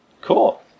cool